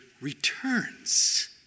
returns